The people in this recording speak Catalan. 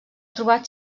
trobat